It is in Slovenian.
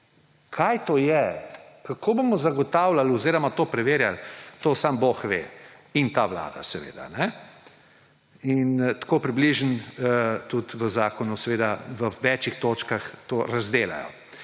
Kaj to je? Kako bomo zagotavljali oziroma to preverjali? To samo bog ve in ta vlada, seveda. Tako približno tudi v zakonu, seveda, v več točkah to razdelajo.